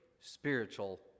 spiritual